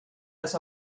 los